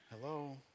hello